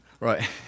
right